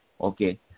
Okay